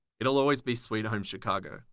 it will always be sweet home chicago,